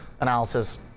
analysis